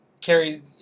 carry